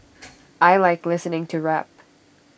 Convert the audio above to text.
I Like listening to rap